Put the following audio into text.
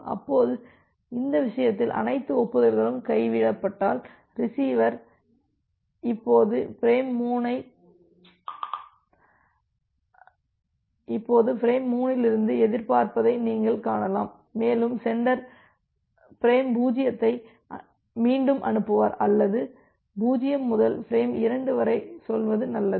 இப்போது இந்த விஷயத்தில் அனைத்து ஒப்புதல்களும் கைவிடப்பட்டால் ரிசீவர் இப்போது பிரேம் 3 லிருந்து எதிர்பார்ப்பதை நீங்கள் காணலாம் மேலும் சென்டர் பிரேம் 0 ஐ மீண்டும் அனுப்புவார் அல்லது 0 முதல் ஃபிரேம் 2 வரை சொல்வது நல்லது